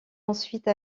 ensuite